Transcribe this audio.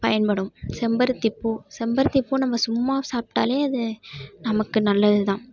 பயன்படும் செம்பருத்திப்பூ செம்பருத்திப்பூ நம்ம சும்மா சாப்பிட்டாலே அது நமக்கு நல்லது தான்